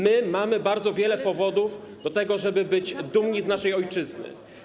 My mamy bardzo wiele powodów do tego, żeby być dumni z naszej ojczyzny.